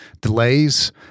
delays